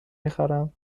میخرم